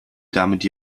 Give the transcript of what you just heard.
damit